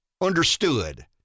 understood